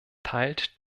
teilt